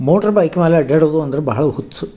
motor bike ಮೇಲ್ ಅಡ್ಡಾಡುದು ಅಂದ್ರೆ ಬಹಳ ಹುಚ್ಚು